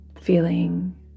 Feeling